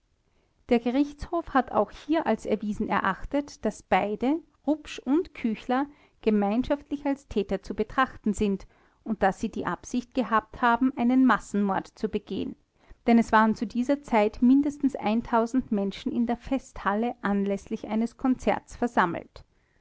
der gerichtshof hat auch hier als erwiesen erachtet daß beide rupsch und küchler gemeinschaftlich als täter zu betrachten sind und daß sie die absicht gehabt haben einen massenmord zu begehen denn es waren zu dieser zeit mindestens menschen in der festhalle anläßlich eines konzerts versammelt